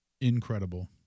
Incredible